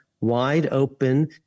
wide-open